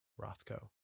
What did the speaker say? Rothko